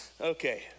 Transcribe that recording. Okay